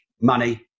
money